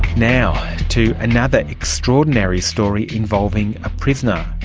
now to another extraordinary story involving a prisoner,